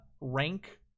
rank